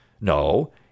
No